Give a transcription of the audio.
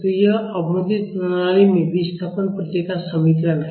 तो यह अवमंदित प्रणाली में विस्थापन प्रतिक्रिया का समीकरण है